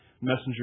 messenger